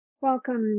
Welcome